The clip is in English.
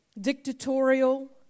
dictatorial